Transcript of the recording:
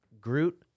Groot